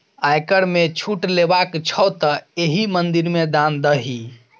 आयकर मे छूट लेबाक छौ तँ एहि मंदिर मे दान दही